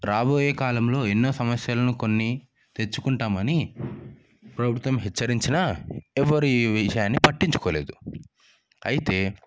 రాబోయే కాలంలో ఎన్నో సమస్యలను కొనితెచ్చుకుంటామని ప్రభుత్వం హెచ్చరించినా ఎవ్వరూ ఈ విషయాన్ని పట్టించుకోలేదు అయితే